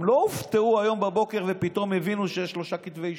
הם לא הופתעו היום בבוקר ופתאום הבינו שיש שלושה כתבי אישום.